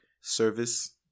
service